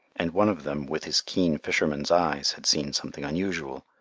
and one of them, with his keen fisherman's eyes, had seen something unusual.